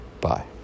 Bye